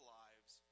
lives